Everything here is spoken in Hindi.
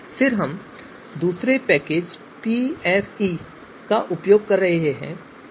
फिर हम दूसरे पैकेज pse का उपयोग कर रहे हैं